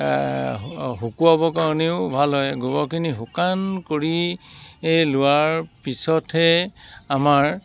শুকোৱাব কাৰণেও ভাল হয় গোবৰখিনি শুকান কৰি লোৱাৰ পিছতহে আমাৰ